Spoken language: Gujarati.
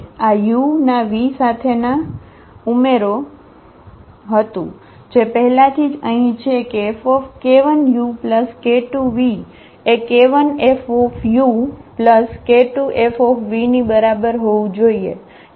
તેથી આ u ના v સાથેના ઉમેરો હતું જે પહેલાથી જ અહીં છે કે Fk1uk2v એ k1Fuk2Fv ની બરાબર હોવું જોઈએ